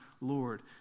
lord